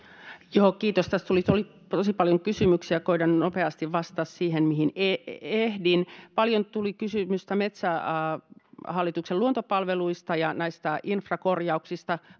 joo kiitos tässä tuli tosi paljon kysymyksiä koetan nopeasti vastata siihen mihin ehdin paljon tuli kysymystä metsähallituksen luontopalveluista ja näistä infrakorjauksista